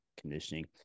conditioning